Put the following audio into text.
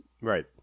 right